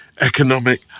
economic